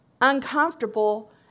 uncomfortable